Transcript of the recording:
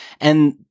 and-